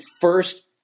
first